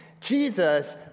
Jesus